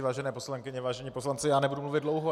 Vážené poslankyně, vážení poslanci, nebudu mluvit dlouho.